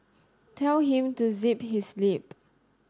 tell him to zip his lip